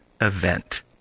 event